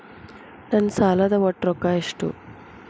ನನ್ನ ಸಾಲದ ಒಟ್ಟ ರೊಕ್ಕ ಎಷ್ಟು?